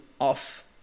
Off